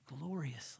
gloriously